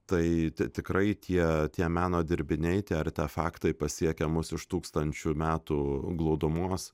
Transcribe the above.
tai tikrai tie tie meno dirbiniai tie artefaktai pasiekia mus iš tūkstančių metų glūdumos